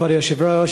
כבוד היושב-ראש,